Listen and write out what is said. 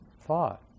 thought